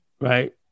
right